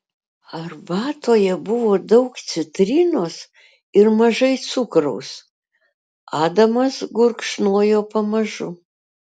arbatoje buvo daug citrinos ir mažai cukraus adamas gurkšnojo pamažu